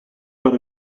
got